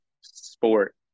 sport